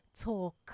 talk